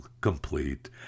Complete